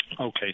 Okay